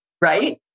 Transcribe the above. right